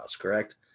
Correct